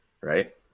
right